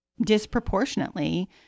disproportionately